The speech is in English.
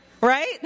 right